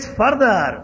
further